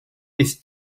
ist